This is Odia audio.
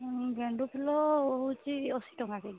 ହୁଁ ଗେଣ୍ଡୁ ଫୁଲ ହେଉଛି ଅଶୀ ଟଙ୍କା କେ ଜି